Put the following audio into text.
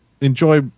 enjoy